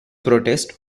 protest